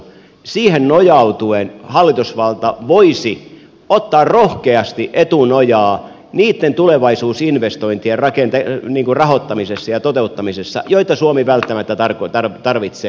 siihen nojautuen hallitusvalta voisi ottaa rohkeasti etunojaa niitten tulevaisuusinvestointien rahoittamisessa ja toteuttamisessa joita suomi välttämättä tarvitsee